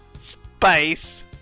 SPACE